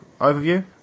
overview